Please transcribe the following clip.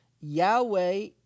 Yahweh